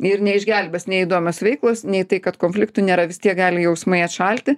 ir neišgelbės nei įdomios veiklos nei tai kad konfliktų nėra vis tiek gali jausmai atšalti